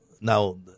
Now